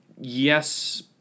yes